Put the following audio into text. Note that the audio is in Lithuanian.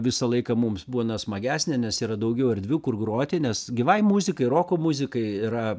visą laiką mums būna smagesnė nes yra daugiau erdvių kur groti nes gyvai muzikai roko muzikai yra